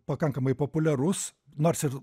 pakankamai populiarus nors ir